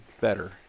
better